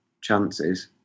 chances